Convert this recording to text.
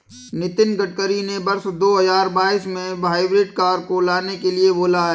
नितिन गडकरी ने वर्ष दो हजार बाईस में हाइब्रिड कार को लाने के लिए बोला